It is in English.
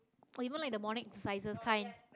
even like the morning exercises kind